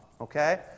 Okay